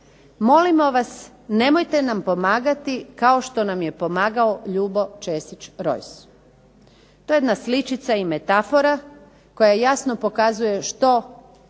"Molimo vas nemojte nam pomagati kao što nam je pomagao Ljubo Česić Rojs". To je jedna sličica i metafora koja jasno pokazuje što